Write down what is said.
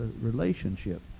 relationship